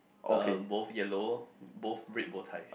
um both yellow both red bow ties